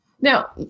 Now